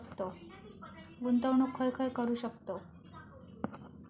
गुंतवणूक खय खय करू शकतव?